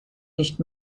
nicht